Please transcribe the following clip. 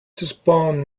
spawn